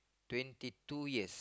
twenty two years